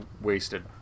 wasted